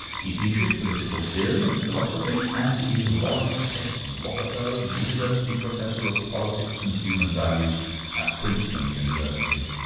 he teaches political theory and philosophy and is um laurance s. rockefeller university professor of politics and human values at princeton university.